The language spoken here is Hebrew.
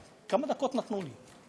כמה דקות נתנו לי?